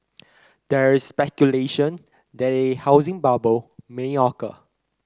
there is speculation that a housing bubble may occur